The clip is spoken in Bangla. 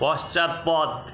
পশ্চাৎপদ